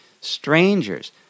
strangers